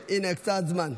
הינה, הקצאת זמן.